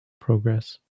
progress